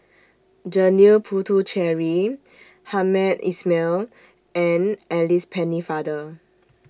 Janil Puthucheary Hamed Ismail and Alice Pennefather